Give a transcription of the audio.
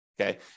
okay